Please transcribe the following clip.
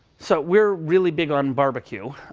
so we're really big on barbecue.